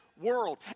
world